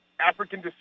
African